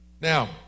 Now